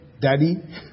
Daddy